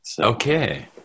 Okay